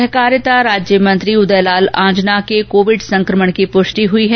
सहकारिता मंत्री उदयलाल आंजना के कोविड संक्रमण की प्रष्टि हुई है